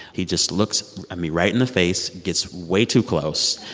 he just looks at me right in the face, gets way too close.